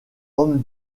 homme